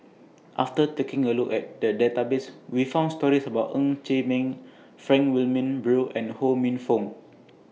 after taking A Look At The Database We found stories about Ng Chee Meng Frank Wilmin Brewer and Ho Minfong